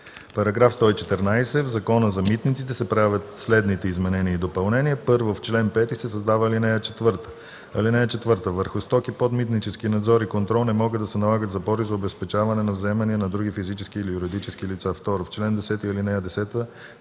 „§ 114. В Закона за митниците (обн., ДВ, бр...) се правят следните изменения и допълнения: 1. В чл. 5 се създава ал. 4: „(4) Върху стоки под митнически надзор и контрол не могат да се налагат запори за обезпечаване на вземания на други физически или юридически лица.“